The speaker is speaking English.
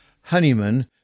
Honeyman